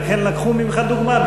אכן לקחו ממך דוגמה.